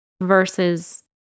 versus